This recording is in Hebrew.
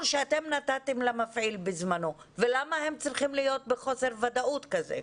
שאתם נתתם למפעיל בזמנו ולמה הם צריכים להיות בחוסר ודאותך כזה?